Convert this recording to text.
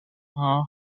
honour